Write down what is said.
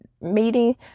meeting